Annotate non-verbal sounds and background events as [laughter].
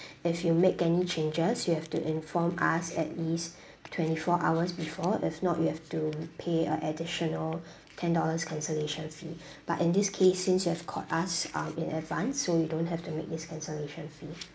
if you make any changes you have to inform us at least [breath] twenty four hours before if not you have to pay a additional [breath] ten dollars cancellation fee [breath] but in this case since you have called us um in advance so you don't have to make this cancellation fee